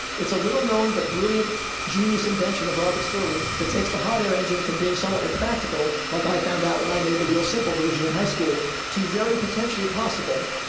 it's a little known, but brilliant, genius invention of robert stirling that takes the hot air engine from being somewhat impractical like i found out when i made the real simple version in high school to very potentially possible,